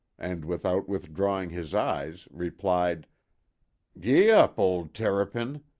and without withdrawing his eyes replied gee-up, old terrapin!